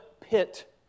pit